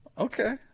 Okay